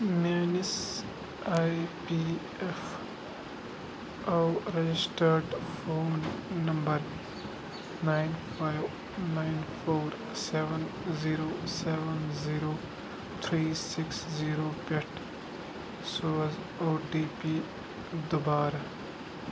میٛٲنِس I P F O registered phone number nine five nine four seven zero seven zero three six zero پٮ۪ٹھ سوز O T P دُبارٕ